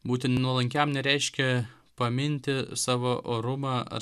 būti nuolankiam nereiškia paminti savo orumą ar